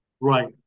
right